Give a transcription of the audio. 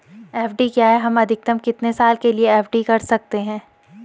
FD क्या है हम अधिकतम कितने साल के लिए एफ.डी कर सकते हैं?